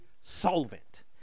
solvent